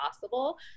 possible